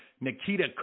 Nikita